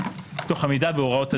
תוך עמידה בהוראות הדין.